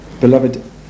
Beloved